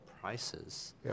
prices